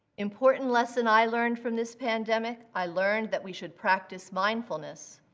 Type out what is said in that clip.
important lesson i learned from this pandemic i learned that we should practice mindfulness.